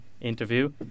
interview